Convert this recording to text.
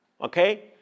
okay